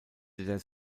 der